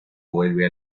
vuelve